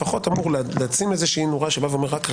לפחות אמור לשים איזושהי נורה שאומרת,